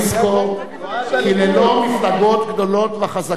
על הציבור הישראלי לזכור כי ללא מפלגות גדולות וחזקות,